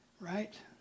right